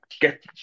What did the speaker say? get